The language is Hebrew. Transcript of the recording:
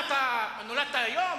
מה, אתה נולדת היום?